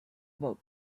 about